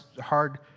hard